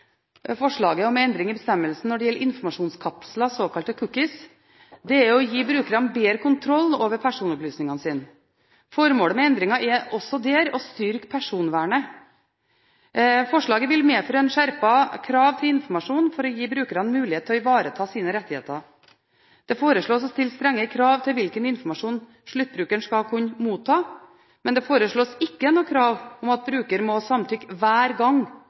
forslaget om endring i bestemmelsen om informasjonskapsler, såkalte cookies: Det er å gi brukerne bedre kontroll over personopplysningene sine. Formålet med endringen er også der å styrke personvernet. Forslaget vil medføre et skjerpet krav til informasjon for å gi brukerne mulighet til å ivareta sine rettigheter. Det foreslås å stille strenge krav til hvilken informasjon sluttbrukeren skal kunne motta, men det foreslås ikke noe krav om at bruker må samtykke hver gang